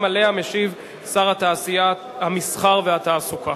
גם עליה משיב שר התעשייה, המסחר והתעסוקה.